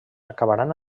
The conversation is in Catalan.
acabaran